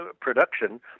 production